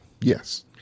yes